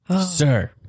Sir